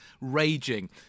raging